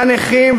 והנכים,